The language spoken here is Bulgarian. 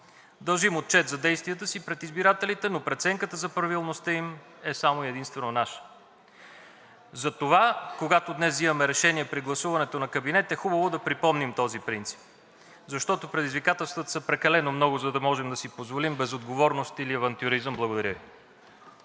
Дължим отчет за действията си пред избирателите, но преценката за правилността им е само и единствено наша. Затова, когато днес взимаме решение при гласуването на кабинет, е хубаво да припомним този принцип, защото предизвикателствата са прекалено много, за да можем да си позволим безотговорност или авантюризъм. Благодаря Ви.